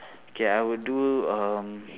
okay I would do um